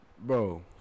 Bro